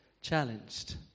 challenged